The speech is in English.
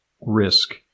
risk